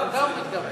לזה הוא מתכוון.